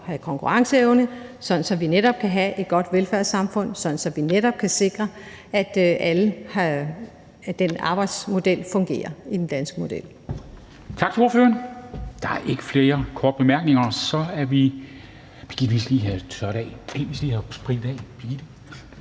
have konkurrenceevne på, sådan at vi netop kan have et godt velfærdssamfund, og sådan at vi netop kan sikre, at den arbejdsmodel fungerer i den danske model.